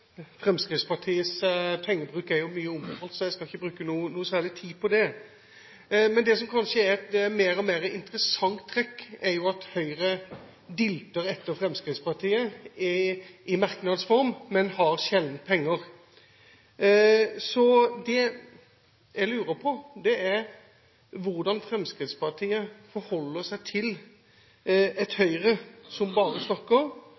Fremskrittspartiets pengebruk er jo mye omtalt, så jeg skal ikke bruke noe særlig tid på det. Det som kanskje er et mer og mer interessant trekk, er at Høyre dilter etter Fremskrittspartiet i merknads form, men har sjelden penger. Jeg lurer på hvordan Fremskrittspartiet forholder seg til et Høyre som bare snakker,